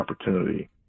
opportunity